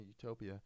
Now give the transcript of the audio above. utopia